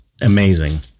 amazing